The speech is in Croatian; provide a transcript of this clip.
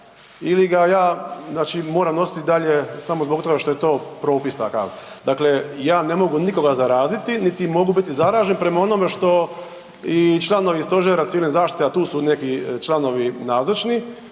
ili ga ja znači moram nositi i dalje samo zbog toga što je to propis takav? Dakle, ja ne mogu nikoga zaraziti niti mogu biti zaražen prema onome što i članovi Stožera civilne zaštite, a tu su neki članovi nazočni